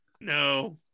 No